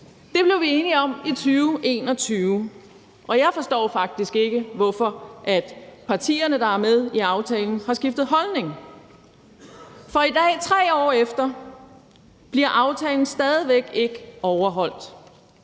Det blev vi enige om i 2021. Jeg forstår faktisk ikke, hvorfor partierne, der er med i aftalen, har skiftet holdning, for i dag – 3 år efter – bliver aftalen stadig væk ikke overholdt.